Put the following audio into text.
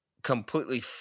completely